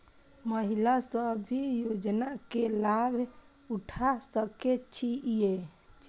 महिला सब भी योजना के लाभ उठा सके छिईय?